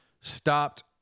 stopped